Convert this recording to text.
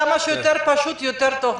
כמה שיותר פשוט, יותר טוב.